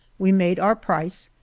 we made our price.